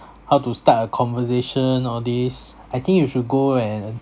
how to start a conversation all these I think you should go and